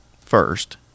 first